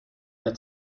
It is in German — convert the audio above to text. mehr